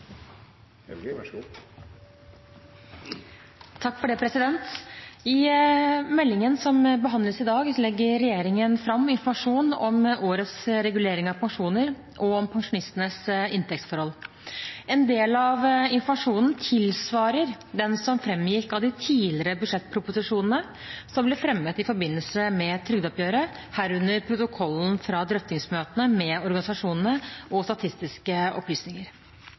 som behandles i dag, legger regjeringen fram informasjon om årets regulering av pensjoner og om pensjonistenes inntektsforhold. En del av informasjonen tilsvarer den som framgikk av de tidligere budsjettproposisjonene som ble fremmet i forbindelse med trygdeoppgjøret, herunder protokollen fra drøftingsmøtene med organisasjonene og statistiske